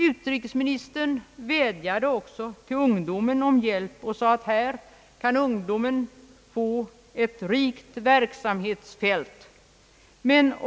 Utrikesministern vädjade till ungdomen om hjälp och sade, att ungdomen här har ett rikt verksamhetsfält.